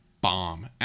Bomb